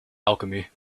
alchemy